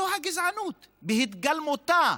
זו גזענות בהתגלמותה.